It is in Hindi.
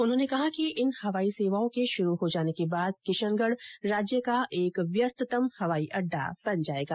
उन्होंने कहा कि इन हवाई सेवाओं के शुरू हो जाने के बाद किशनगढ राज्य का एक व्यस्तम हवाई अड्डा बन जाएगा